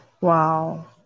Wow